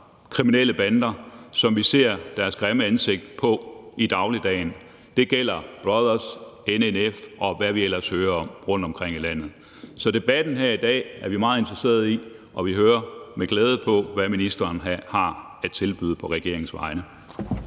kriminelle bander, hvis grimme ansigt vi ser i dagligdagen. Det gælder Brothas, NNV, og hvad vi ellers hører om rundtomkring i landet. Så debatten her i dag er vi meget interesserede i, og vi hører med glæde på, hvad ministeren har at tilbyde på regeringens vegne.